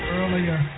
earlier